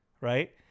right